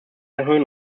erhöhen